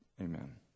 Amen